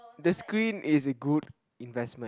the screen is a good investment